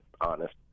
honest